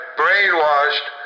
brainwashed